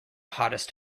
hottest